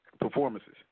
Performances